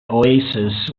oasis